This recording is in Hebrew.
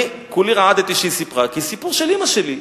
כולי רעדתי כשהיא סיפרה, כי זה הסיפור של אמא שלי.